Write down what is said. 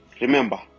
Remember